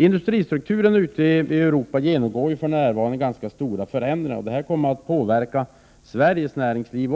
Industristrukturen ute i Europa genomgår för närvarande ganska stora förändringar, vilka även kommer att påverka Sveriges näringsliv.